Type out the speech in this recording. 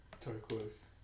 Turquoise